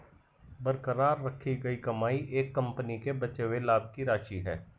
बरकरार रखी गई कमाई एक कंपनी के बचे हुए लाभ की राशि है